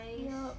ya